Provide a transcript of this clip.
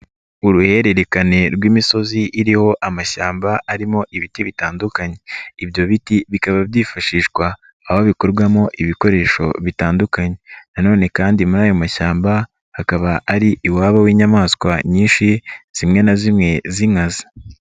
Uruhererekane rw'imisozi iriho amashyamba arimo ibiti bitandukanye. Ibyo biti bikaba byifashishwa aho bikorwamo ibikoresho bitandukanye na none kandi muri ayo mashyamba hakaba ari iwabo w'inyamaswa nyinshi, zimwe na zimwe z'inkazi.